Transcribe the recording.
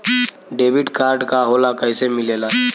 Debit card का होला कैसे मिलेला?